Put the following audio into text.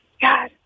God